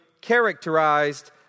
characterized